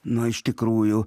na iš tikrųjų